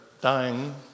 dying